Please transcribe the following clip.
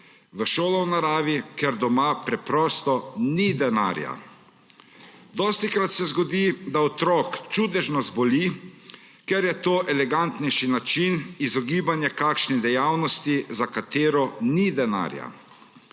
v šolo v naravi, ker doma preprosto ni denarja. Dostikrat se zgodi, da otrok čudežno zboli, ker je to elegantnejši način izogibanja kakšni dejavnosti, za katero ni denarja.